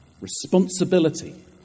Responsibility